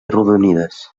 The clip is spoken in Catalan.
arrodonides